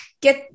get